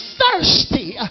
thirsty